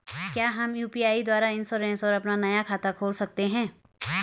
क्या हम यु.पी.आई द्वारा इन्श्योरेंस और अपना नया खाता खोल सकते हैं?